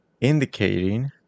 Indicating